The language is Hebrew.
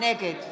נגד